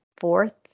fourth